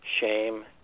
shame